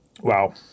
Wow